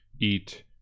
eat